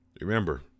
Remember